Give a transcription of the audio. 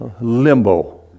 limbo